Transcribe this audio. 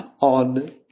on